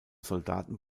soldaten